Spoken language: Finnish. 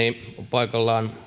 paikallaan